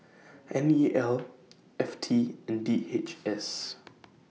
N E L F T and D H S